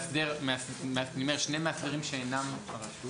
שני מאסדרים שאינם הרשות,